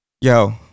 yo